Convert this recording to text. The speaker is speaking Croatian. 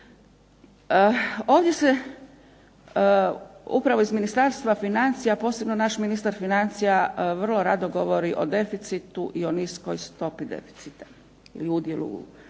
Ovdje se upravo iz Ministarstva financija, a posebno naš ministar financija vrlo rado govori o deficitu i o niskoj stopi deficita ili udjelu u BDP-u.